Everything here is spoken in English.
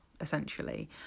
essentially